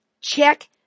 Check